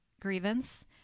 grievance